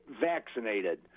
vaccinated